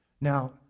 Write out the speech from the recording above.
Now